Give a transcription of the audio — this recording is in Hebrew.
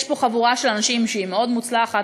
יש פה חבורה של אנשים שהיא מאוד מוצלחת,